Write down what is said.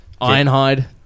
Ironhide